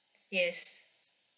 yes